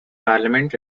parliament